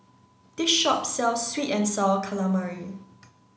this shop sells sweet and sour calamari